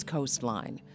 Coastline